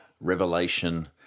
revelation